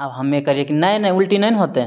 आब हमे कहलियै नहि नहि उल्टी नहि होतय